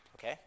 Okay